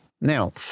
Now